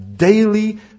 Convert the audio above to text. Daily